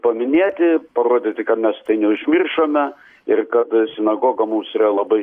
paminėti parodyti ką mes tai neužmiršome ir kad sinagoga mums yra labai